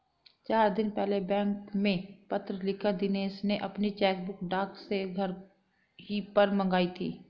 चार दिन पहले बैंक में पत्र लिखकर दिनेश ने अपनी चेकबुक डाक से घर ही पर मंगाई थी